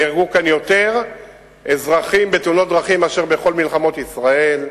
נהרגו כאן יותר אזרחים בתאונות דרכים מאשר בכל מלחמות ישראל.